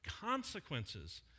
consequences